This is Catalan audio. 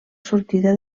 sortida